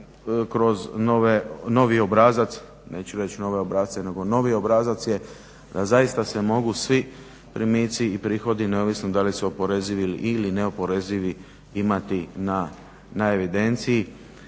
kroz novi obrazac, neću reći nove obrasce nego novi obrazac je zaista se mogu svi primici i prihodi neovisno da li su oporezivi ili neoporezivi imati na evidenciji.